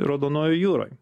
raudonojoj jūroj